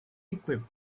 equipped